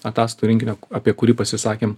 ataskaitų rinkinio apie kurį pasisakėm